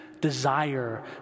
desire